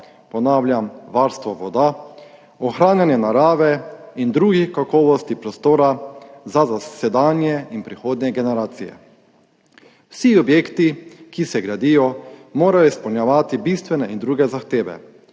ponavljam, varstvo voda, ohranjanje narave in drugih kakovosti prostora za sedanje in prihodnje generacije. Vsi objekti, ki se gradijo, morajo izpolnjevati bistvene in druge zahteve.